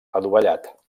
adovellat